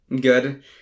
Good